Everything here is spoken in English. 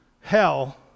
hell